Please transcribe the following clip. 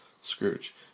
Scrooge